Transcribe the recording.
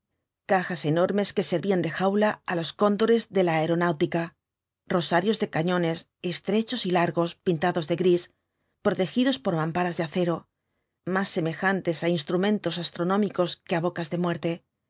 cajas enormes que servían de jaula á los cóndores de la aeronáutica rosarios de cañones estrechos y largos pintados de gris protegidos por mamparas de acero más semejantes á instrumentos astronómicos que á bocas de muerte